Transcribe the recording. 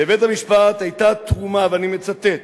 "לבית המשפט היתה תרומה", ואני מצטט: